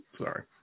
Sorry